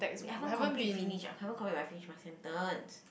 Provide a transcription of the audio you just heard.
wait I haven't complete finish I haven't complete finish my sentence